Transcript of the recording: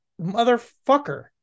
motherfucker